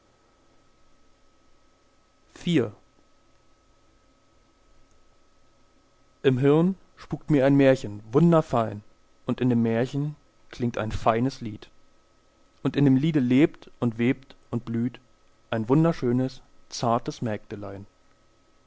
im hirn spukt mir ein märchen wunderfein und in dem märchen klingt ein feines lied und in dem liede lebt und webt und blüht ein wunderschönes zartes